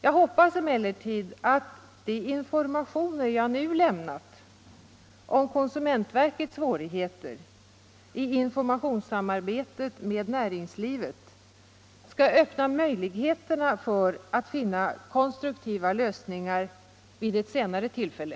Jag hoppas emellertid att de upplysningar jag nu lämnat om konsumentverkets svårigheter i informationssamarbetet med näringslivet skall öppna möjligheterna att finna konstruktiva lösningar vid ett senare tillfälle.